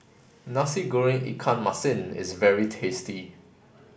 Nasi Goreng Ikan Masin is very tasty